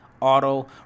Auto